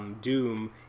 Doom